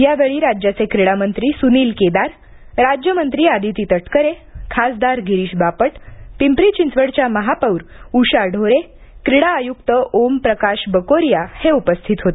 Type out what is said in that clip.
यावेळी राज्याचे क्रीडा मंत्री सुनील केदार राज्यमंत्री आदिती तटकरे खासदार गिरीश बापट पिंपरी चिंचवडच्या महापौर उषा ढोरे क्रीडा आयुक्त ओम प्रकाश बकोरिया उपस्थित होते